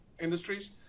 industries